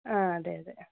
ആ അതെ അതെ